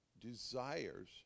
desires